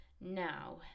now